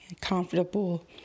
comfortable